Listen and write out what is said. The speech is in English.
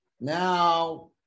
now